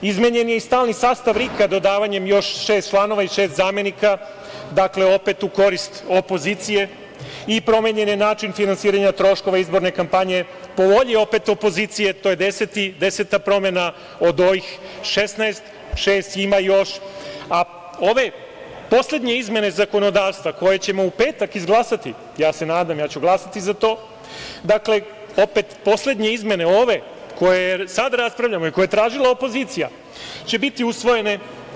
Izmenjen je i stalni sastav RIK, dodavanjem još 6 članova i 6 zamenika, opet u korist opozicije i promenjen je način finansiranja troškova izborne kampanje, po volji opet opozicije, to je deseta promena, od ovih 16, ima još 6. Ove poslednje izmene zakonodavstva, koje ćemo u petak izglasati, ja se nadam, jer ja ću glasati za to, dakle, opet poslednje izmene ove, koje sada raspravljamo i koje je tražila opozicija, će biti usvojene.